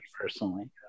personally